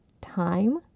time